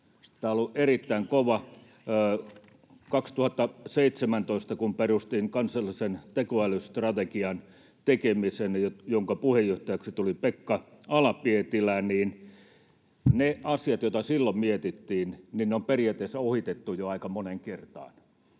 Tämä on ollut erittäin kovaa. Vuonna 2017 kun perustin kansallisen tekoälystrategian tekemisen, mihin puheenjohtajaksi tuli Pekka Ala-Pietilä, niin ne asiat, joita silloin mietittiin, on periaatteessa ohitettu jo aika moneen kertaan.